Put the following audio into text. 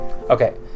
okay